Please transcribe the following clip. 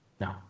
No